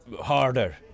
harder